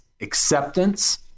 acceptance